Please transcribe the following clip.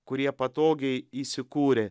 kurie patogiai įsikūrė